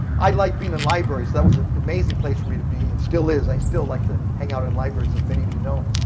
i'd liked being in libraries, that was the amazing place for me to be and still is. i still like to hang out in libraries, as many of you know.